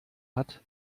hat